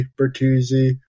Bertuzzi